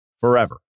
forever